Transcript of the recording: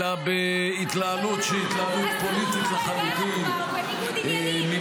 -- אלא בהתנהלות שהיא התנהלות פוליטית לחלוטין -- היועצת